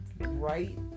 right